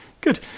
Good